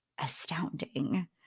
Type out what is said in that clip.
astounding